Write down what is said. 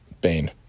Bane